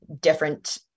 different